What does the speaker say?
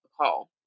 call